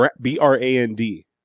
B-R-A-N-D